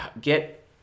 get